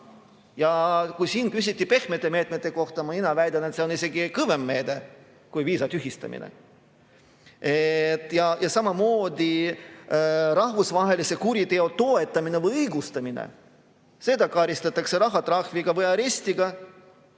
Siin küsiti pehmete meetmete kohta, aga mina väidan, et see on isegi kõvem meede kui viisa tühistamine. Samamoodi rahvusvahelise kuriteo toetamine või õigustamine – seda karistatakse rahatrahviga või arestiga